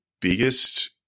biggest